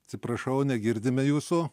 atsiprašau negirdime jūsų